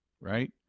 right